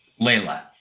Layla